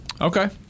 Okay